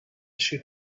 she